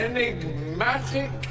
Enigmatic